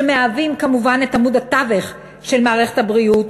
שמהווים, כמובן, את עמוד התווך של מערכת הבריאות,